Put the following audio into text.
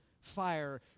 fire